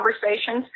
conversations